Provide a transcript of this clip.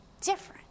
different